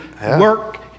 work